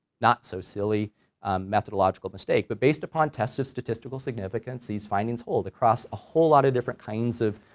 not so silly methodological mistake, but based upon tests of statistical significance these findings hold across a whole lot of different kinds of,